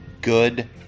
Good